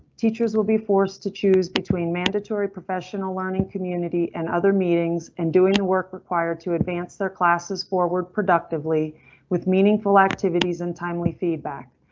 teachers will be forced to choose between mandatory professional learning community, an and other meetings and doing the work required to advance their classes forward, productively with meaningful activities in timely feedback.